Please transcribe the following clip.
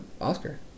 Oscar